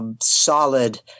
solid